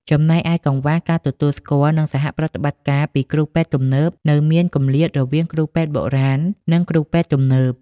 ចំណែកឯ កង្វះការទទួលស្គាល់ និងសហប្រតិបត្តិការពីគ្រូពេទ្យទំនើប នៅមានគម្លាតរវាងគ្រូពេទ្យបុរាណ និងគ្រូពេទ្យទំនើប។